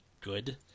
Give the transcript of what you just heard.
good